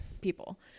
people